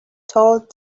told